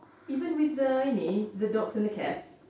even with the ini the dogs and the cats